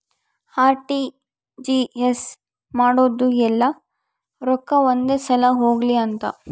RTGS ಮಾಡೋದು ಯೆಲ್ಲ ರೊಕ್ಕ ಒಂದೆ ಸಲ ಹೊಗ್ಲಿ ಅಂತ